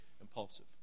impulsive